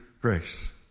grace